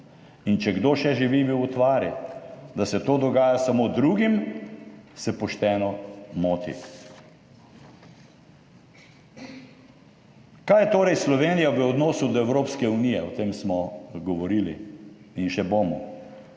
in če kdo še živi v utvari, da se to dogaja samo drugim, se pošteno moti. Kaj je torej Slovenija v odnosu do Evropske unije? O tem smo govorili in še bomo.